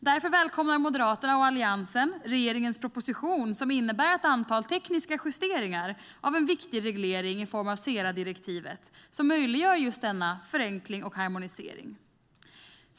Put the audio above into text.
Därför välkomnar Moderaterna och Alliansen regeringens proposition, som innebär ett antal tekniska justeringar av en viktig reglering i form av SERA-direktivet, som möjliggör just denna förenkling och harmonisering.